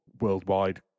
worldwide